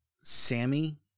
Sammy